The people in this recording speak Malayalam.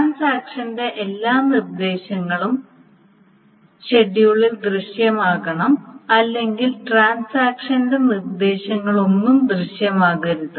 ട്രാൻസാക്ഷന്റെ എല്ലാ നിർദ്ദേശങ്ങളും ഷെഡ്യൂളിൽ ദൃശ്യമാകണം അല്ലെങ്കിൽ ട്രാൻസാക്ഷന്റെ നിർദ്ദേശങ്ങളൊന്നും ദൃശ്യമാകരുത്